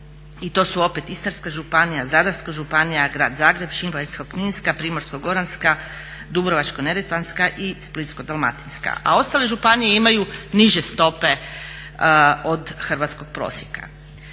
i to su opet Istarska županija, Zadarska županija, Grad Zagreb, Šibensko-kninska, Primorsko-goranska, Dubrovačko-neretvanska i Splitsko-dalmatinska. A ostale županije imaju niže stope od hrvatskog prosjeka.